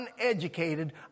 uneducated